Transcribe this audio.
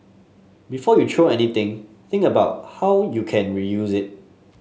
before you throw anything think about how you can reuse it